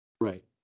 Right